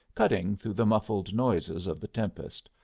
cutting through the muffled noises of the tempest.